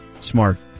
Smart